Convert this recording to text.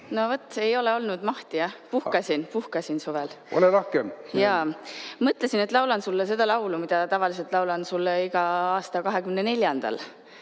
No vaat, ei ole olnud mahti, jah, puhkasin suvel. Ole lahke! Ole lahke! Jaa. Mõtlesin, et laulan sulle seda laulu, mida tavaliselt laulan sulle iga aasta